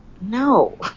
no